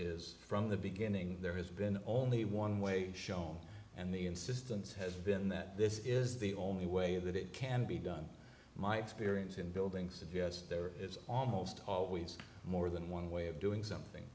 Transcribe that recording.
is from the beginning there has been only one way shown and the insistence has been that this is the only way that it can be done my experience in building suggests there is almost always more than one way of doing something